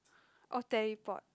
or teleport